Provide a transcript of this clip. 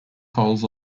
holes